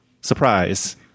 surprise